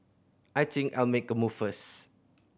I think I'll make a move first